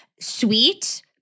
sweet-